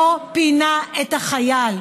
לא פינה את החייל,